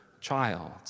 child